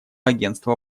агентства